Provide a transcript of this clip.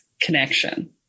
connection